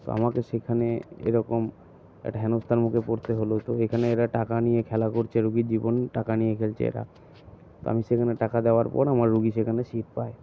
তো আমাকে সেখানে এরকম একটা হেনস্থার মুখে পড়তে হল তো এখানে এরা টাকা নিয়ে খেলা করছে রুগীর জীবন টাকা নিয়ে খেলছে এরা তো আমি সেখানে টাকা দেওয়ার পর আমার রুগী সেখানে সিট পায়